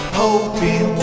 hoping